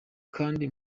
kandi